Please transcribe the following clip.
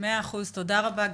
תודה.